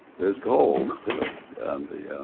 there's gold, too, and the,